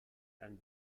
and